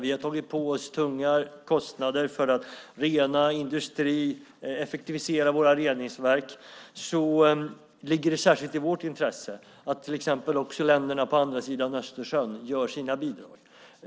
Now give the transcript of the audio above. Vi har tagit på oss tunga kostnader för att effektivisera våra reningsverk. Det ligger särskilt i vårt intresse att till exempel länder på andra sidan Östersjön ger sina bidrag.